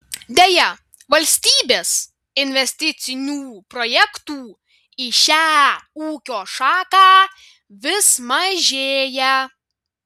deja valstybės investicinių projektų į šią ūkio šaką vis mažėja